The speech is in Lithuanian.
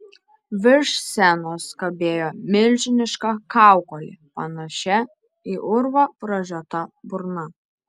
virš scenos kabėjo milžiniška kaukolė panašia į urvą pražiota burna